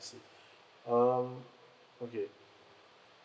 see um okay